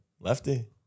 lefty